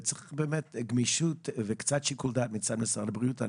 צריך גמישות ושיקול דעת מצד משרד הבריאות.